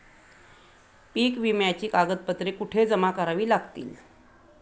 पीक विम्याची कागदपत्रे कुठे जमा करावी लागतील?